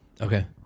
okay